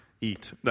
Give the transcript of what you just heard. eat